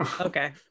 Okay